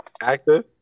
Active